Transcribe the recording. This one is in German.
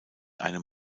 einem